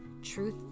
truth